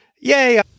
yay